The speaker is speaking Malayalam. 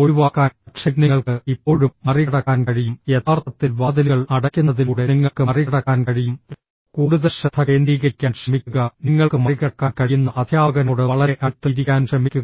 ഒഴിവാക്കാൻ പക്ഷേ നിങ്ങൾക്ക് ഇപ്പോഴും മറികടക്കാൻ കഴിയും യഥാർത്ഥത്തിൽ വാതിലുകൾ അടയ്ക്കുന്നതിലൂടെ നിങ്ങൾക്ക് മറികടക്കാൻ കഴിയും കൂടുതൽ ശ്രദ്ധ കേന്ദ്രീകരിക്കാൻ ശ്രമിക്കുക നിങ്ങൾക്ക് മറികടക്കാൻ കഴിയുന്ന അധ്യാപകനോട് വളരെ അടുത്ത് ഇരിക്കാൻ ശ്രമിക്കുക